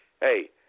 Hey